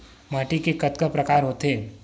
माटी के कतका प्रकार होथे?